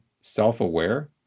self-aware